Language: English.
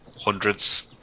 hundreds